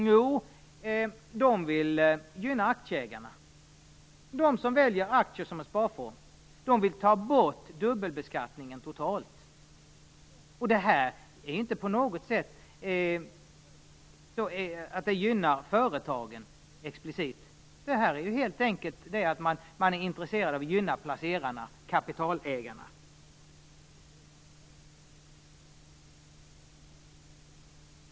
Jo, de vill gynna aktieägarna, de som väljer aktier som sparform. Moderaterna vill ta bort dubbelbeskattningen helt och hållet. Detta gynnar inte på något sätt explicit företagen. Moderaterna är helt enkelt intresserade av att gynna placerarna, kapitalägarna.